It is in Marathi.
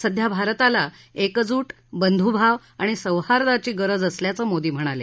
सध्या भारताला एकजूट बंधूभाव आणि सौहार्दाची गरज असल्याचं मोदी म्हणाले